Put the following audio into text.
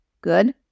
good